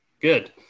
good